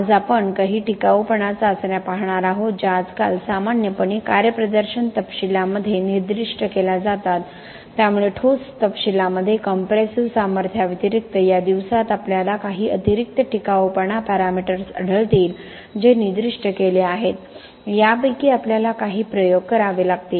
आज आपण काही टिकाऊपणा चाचण्या पाहणार आहोत ज्या आजकाल सामान्यपणे कार्यप्रदर्शन तपशीलामध्ये निर्दिष्ट केल्या जातात त्यामुळे ठोस तपशीलामध्ये कंप्रेसिव्ह सामर्थ्याव्यतिरिक्त या दिवसात आपल्याला काही अतिरिक्त टिकाऊपणा पॅरामीटर्स आढळतील जे निर्दिष्ट केले आहेत यापैकी आपल्याला काही प्रयोग करावे लागतील